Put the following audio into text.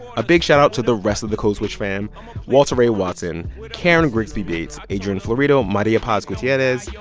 a big shoutout to the rest of the code switch fam walter ray watson, karen grigsby bates, adrian florido, maria paz gutierrez,